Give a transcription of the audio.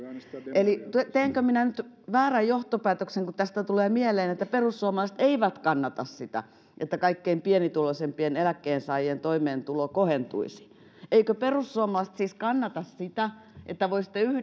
eli teenkö minä nyt väärän johtopäätöksen kun tästä tulee mieleen että perussuomalaiset eivät kannata sitä että kaikkein pienituloisimpien eläkkeensaajien toimeentulo kohentuisi eivätkö perussuomalaiset siis kannata sitä että voisitte